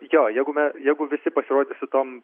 jo jeigu jeigu visi pasirodys su tom